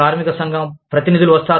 కార్మిక సంఘం ప్రతినిధులు వస్తారు